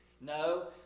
No